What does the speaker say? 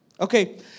Okay